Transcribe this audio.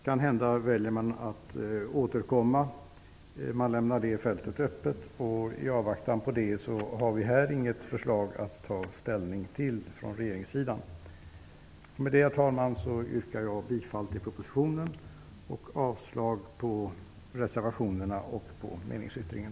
Man väljer kanhända att återkomma -- det fältet lämnas öppet. I avvaktan på detta har vi här inget förslag från regeringen att ta ställning till. Herr talman! Med det anförda yrkar jag bifall till propositionens förslag och avslag på reservationerna och på meningsyttringen.